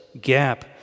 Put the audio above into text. gap